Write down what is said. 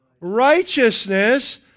righteousness